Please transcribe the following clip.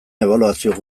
ebaluazio